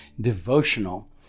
devotional